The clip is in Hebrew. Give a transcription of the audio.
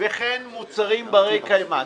וכן מוצרים ברי-קיימא.